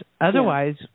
otherwise